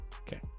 Okay